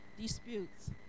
disputes